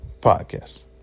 Podcast